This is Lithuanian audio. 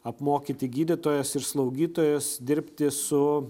apmokyti gydytojas ir slaugytojas dirbti su